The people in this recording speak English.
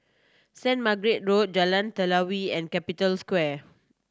Saint Margaret Road Jalan Telawi and Capital Square